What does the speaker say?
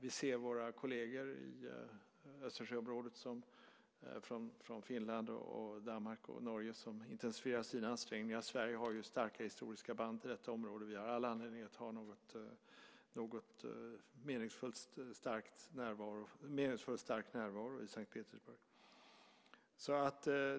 Vi ser våra kolleger i Östersjöområdet, från Finland och Danmark och Norge, som intensifierar sina ansträngningar. Sverige har ju starka historiska band till detta område. Vi har all anledning att ha en meningsfull stark närvaro i S:t Petersburg.